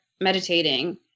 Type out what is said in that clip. meditating